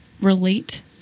relate